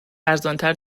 ارزانتر